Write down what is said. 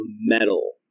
metal